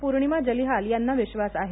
पूर्णिमा जलिहाल यांना विश्वास आहे